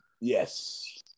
Yes